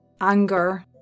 anger